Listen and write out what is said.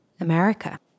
America